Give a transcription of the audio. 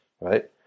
right